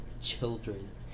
children